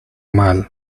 mal